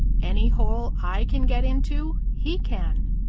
any hole i can get into he can.